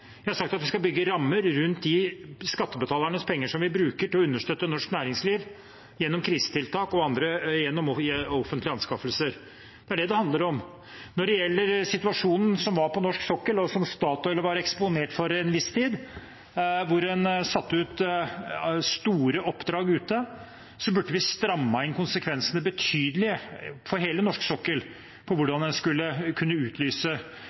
Jeg har sagt at vi skal bygge rammer rundt de skattebetalernes penger som vi bruker til å understøtte norsk næringsliv gjennom krisetiltak og gjennom offentlige anskaffelser. Det er det det handler om. Når det gjelder situasjonen som var på norsk sokkel, og som Statoil var eksponert for en viss tid, hvor en satte ut store oppdrag ute, burde vi ha strammet inn konsekvensene betydelig for hele norsk sokkel på hvordan en kunne